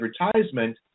advertisement